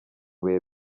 bihe